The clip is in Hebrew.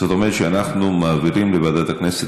זאת אומרת שאנחנו מעבירים לוועדת הכנסת,